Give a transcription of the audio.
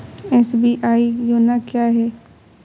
SBI YONO क्या है?